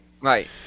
Right